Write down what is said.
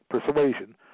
persuasion